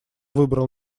выбрал